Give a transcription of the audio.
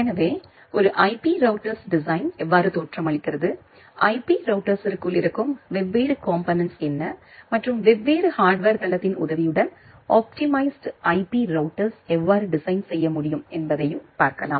எனவே ஒரு IP routers design எவ்வாறு தோற்றமளிக்கிறது ஐபி ரௌட்டர்ஸ்க்குள் இருக்கும் வெவ்வேறு காம்போனென்ட்ஸ் என்ன மற்றும் வெவ்வேறு ஹார்ட்வேர் தளத்தின் உதவியுடன் ஆப்டிமைஸிட் ஐபி ரௌட்டர்ஸ் எவ்வாறு டிசைன் செய்ய முடியும் என்பதையும் பார்க்கலாம்